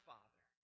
Father